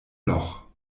loch